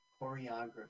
choreography